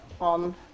on